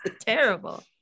terrible